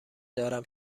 دارم